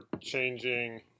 changing